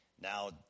Now